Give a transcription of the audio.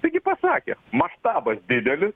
taigi pasakė maštabas didelį